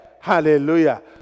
Hallelujah